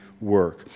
work